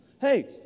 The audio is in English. hey